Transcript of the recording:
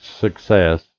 success